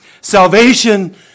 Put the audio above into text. Salvation